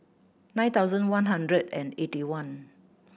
nine thousand one hundred and eighty one